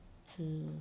to